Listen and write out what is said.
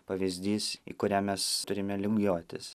pavyzdys į kurią mes turime lygiuotis